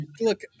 look